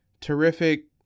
Terrific